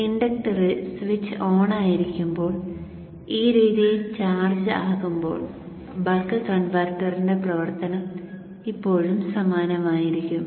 ഇൻഡക്ടറിൽ സ്വിച്ച് ഓണായിരിക്കുമ്പോൾ ഈ രീതിയിൽ ചാർജ്ജ് ആകുമ്പോൾ ബക്ക് കൺവെർട്ടറിന്റെ പ്രവർത്തനം ഇപ്പോഴും സമാനമായിരിക്കും